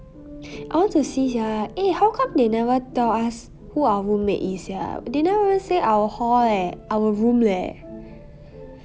I want to see sia eh how come they never tell us who our roommate is sia they never even say our hall eh our room leh